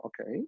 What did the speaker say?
okay